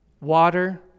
water